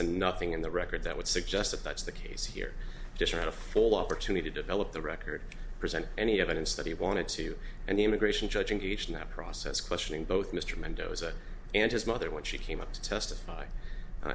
to nothing in the record that would suggest that that's the case here just had a full opportunity develop the record present any evidence that he wanted to and the immigration judge and each night process questioning both mr mendoza and his mother when she came up to testify